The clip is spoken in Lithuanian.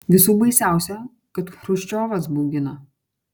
visų baisiausia kad chruščiovas baugina